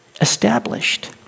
established